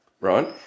right